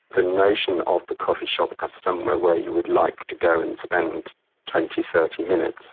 the notion of the coffee shop as somewhere where you would like to go and spend twenty, thirty minutes,